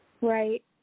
Right